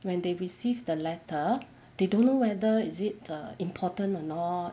when they receive the letter they don't know whether is it err important or not